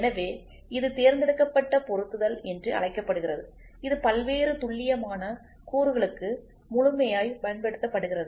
எனவே இது தேர்ந்தெடுக்கப்பட்ட பொருத்துதல் என்று அழைக்கப்படுகிறது இது பல்வேறு துல்லியமான கூறுகளுக்கு முழுமையாய் பயன்படுத்தப்படுகிறது